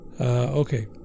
Okay